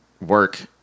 work